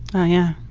oh yeah.